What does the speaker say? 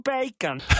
bacon